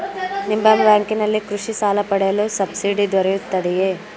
ನಿಮ್ಮ ಬ್ಯಾಂಕಿನಲ್ಲಿ ಕೃಷಿ ಸಾಲ ಪಡೆಯಲು ಸಬ್ಸಿಡಿ ದೊರೆಯುತ್ತದೆಯೇ?